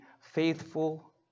faithful